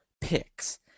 Picks